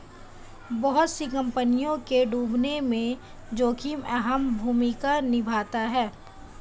बहुत सी कम्पनियों के डूबने में जोखिम अहम भूमिका निभाता है